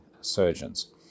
surgeons